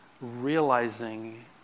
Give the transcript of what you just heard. realizing